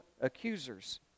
accusers